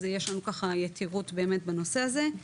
אז יש לנו ככה יתירות בנושא הזה.